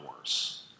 worse